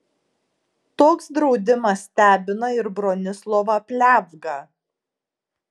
toks draudimas stebina ir bronislovą pliavgą